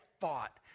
thought